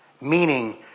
Meaning